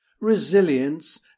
resilience